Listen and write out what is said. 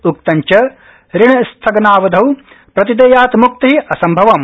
उक्तं च ऋणस्थगनावधौ प्रतिदेयात् मुक्ति असम्भवम्